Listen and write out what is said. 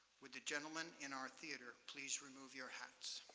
would the gentlemen in our theater please remove your hats.